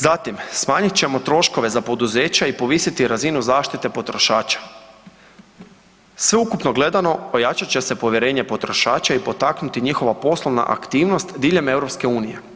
Zatim smanjit ćemo troškove za poduzeća i povisiti razinu zaštite potrošača, sveukupno gledano ojačat će se povjerenje potrošača i potaknuti njihova poslovna aktivnost diljem EU.